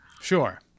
Sure